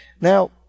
now